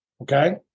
okay